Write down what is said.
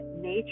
nature